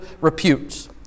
repute